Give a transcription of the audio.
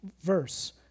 verse